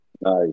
Nice